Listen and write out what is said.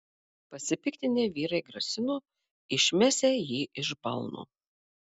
pasipiktinę vyrai grasino išmesią jį iš balno